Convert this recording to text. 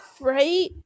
Right